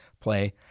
play